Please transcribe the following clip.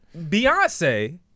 Beyonce